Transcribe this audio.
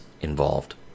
involved